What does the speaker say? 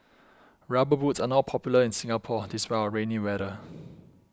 rubber boots are not popular in Singapore despite our rainy weather